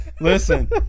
Listen